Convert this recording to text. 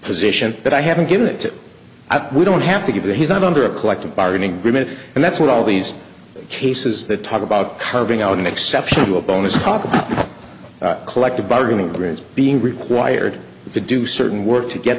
position that i haven't given it we don't have to give you he's not under a collective bargaining agreement and that's what all these cases that talk about carving out an exception to a bonus problem collective bargaining brings being required to do certain work to get